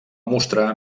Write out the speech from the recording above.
mostrar